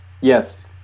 Yes